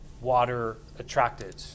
water-attracted